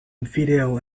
video